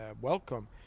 welcome